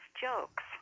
jokes